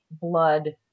blood